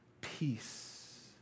peace